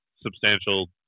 substantial